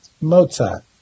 Mozart